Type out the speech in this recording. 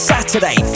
Saturday